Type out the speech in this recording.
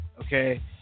okay